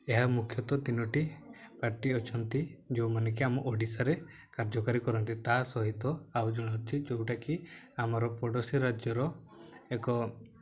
ଏହା ମୁଖ୍ୟତଃ ତିନୋଟି ପାର୍ଟି ଅଛନ୍ତି ଯେଉଁମାନେ କି ଆମ ଓଡ଼ିଶାରେ କାର୍ଯ୍ୟକାରୀ କରନ୍ତି ତା ସହିତ ଆଉ ଜଣେ ଅଛି ଯେଉଁଟାକି ଆମର ପଡ଼ୋଶୀ ରାଜ୍ୟର ଏକ